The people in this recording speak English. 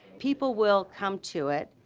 people will come to it,